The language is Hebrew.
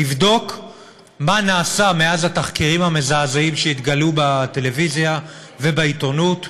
לבדוק מה נעשה מאז התחקירים המזעזעים בטלוויזיה ובעיתונות.